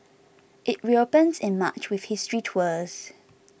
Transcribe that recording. it reopens in March with history tours